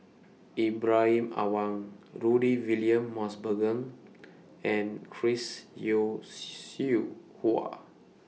Ibrahim Awang Rudy William Mosbergen and Chris Yeo Siew Hua